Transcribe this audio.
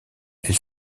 elle